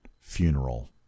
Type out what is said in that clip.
Funeral